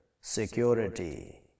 security